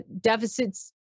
Deficits